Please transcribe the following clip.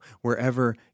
wherever